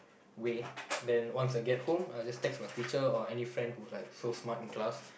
way then once I get home I will just text my teacher or any friend who is like so smart in class